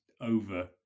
Over